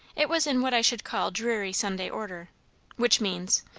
it was in what i should call dreary sunday order which means,